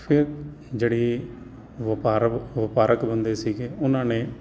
ਫਿਰ ਜਿਹੜੀ ਵਪਾਰਵ ਵਪਾਰਕ ਬੰਦੇ ਸੀਗੇ ਉਹਨਾਂ ਨੇ